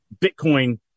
Bitcoin